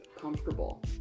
comfortable